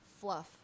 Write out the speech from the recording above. Fluff